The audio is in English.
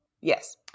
Yes